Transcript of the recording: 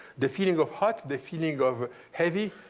the feeling of hot, the feeling of heavy,